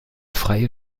freie